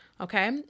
Okay